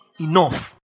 enough